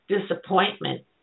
disappointment